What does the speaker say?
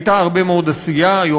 הייתה עשייה רבה מאוד,